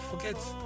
Forget